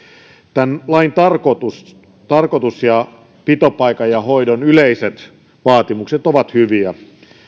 tämän lain tarkoitus tarkoitus ja pitopaikan ja hoidon yleiset vaatimukset ovat hyviä